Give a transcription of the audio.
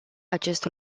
acest